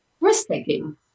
risk-taking